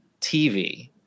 TV